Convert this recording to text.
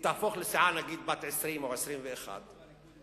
תהפוך לסיעה בת 20 או 21 חברים,